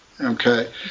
Okay